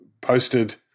posted